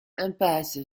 impasse